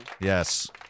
Yes